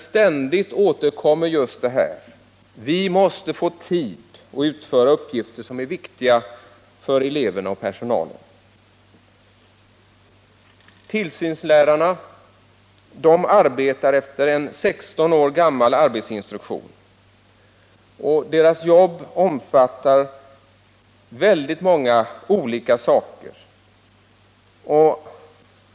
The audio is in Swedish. Ständigt återkommer just det här: Vi måste få tid att utföra uppgifter som är viktiga för eleverna och personalen. Tillsynslärarna arbetar efter en 16 år gammal arbetsinstruktion, och deras jobb omfattar väldigt många olika saker.